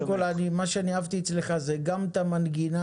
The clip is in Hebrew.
אז קודם כל מה שאני אהבתי אצלך זה גם את המנגינה,